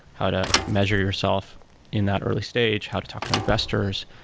how to measure yourself in that early stage, how to talk to investors.